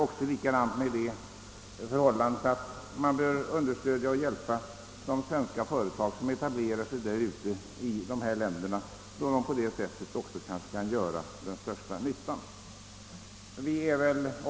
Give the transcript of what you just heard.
Man bör även understödja och hjälpa de svenska företag som etablerar sig i dessa länder, då det är dessa som kanske gör den största nyttan.